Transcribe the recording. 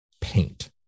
paint